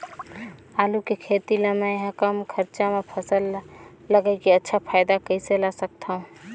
आलू के खेती ला मै ह कम खरचा मा फसल ला लगई के अच्छा फायदा कइसे ला सकथव?